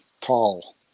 tall